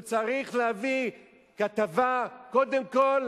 הוא צריך להביא כתבה קודם כול